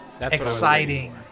exciting